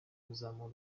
kuzamura